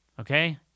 Okay